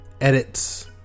edits